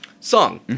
song